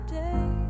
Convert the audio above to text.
day